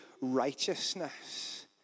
righteousness